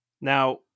Now